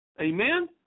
Amen